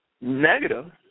negative